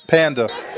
Panda